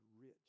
rich